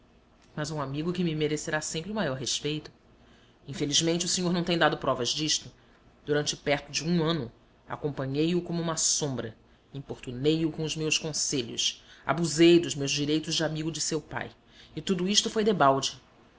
mas um amigo que me merecerá sempre o maior respeito infelizmente o senhor não tem dado provas disto durante perto de um ano acompanhei o como uma sombra importunei o com os meus conselhos abusei dos meus direitos de amigo de seu pai e tudo isto foi debalde